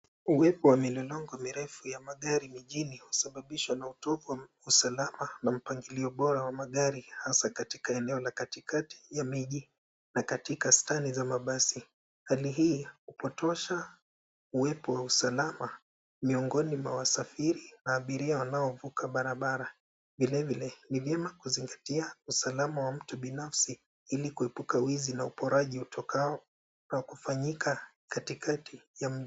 Uwepo wa milolongo mirefu ya magari jijini husababishwa na utovu wa usalama na mpangilio bora wa magari hasa katika ene la katikati ya miji na katika stendi ya mabasi. Hali hii hupotosha uwepo wa usalama miongoni mwa wasafiri na abiria wanaovuka barabara. Vilevile ni vyema kuzingatia usalama wa mtu binafsi ili kuepuka wizi na uporaji utokao kufanyika katikati ya mji.